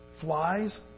flies